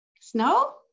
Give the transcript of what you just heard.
Snow